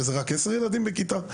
שזה רק עשרה ילדים בכיתה?